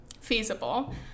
feasible